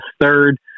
third